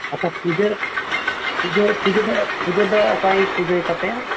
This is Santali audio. ᱟᱪᱪᱷᱟ ᱯᱩᱡᱟᱹ ᱯᱩᱡᱟᱹ ᱫᱚ ᱯᱩᱡᱟᱹ ᱫᱚ ᱚᱠᱚᱭ ᱯᱩᱡᱟᱹᱭ ᱛᱟᱯᱮᱭᱟ